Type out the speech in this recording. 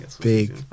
big